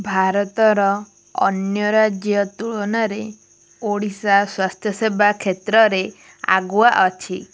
ଭାରତର ଅନ୍ୟ ରାଜ୍ୟ ତୁଳନାରେ ଓଡ଼ିଶା ସ୍ୱାସ୍ଥ୍ୟ ସେବା କ୍ଷେତ୍ରରେ ଆଗୁଆ ଅଛି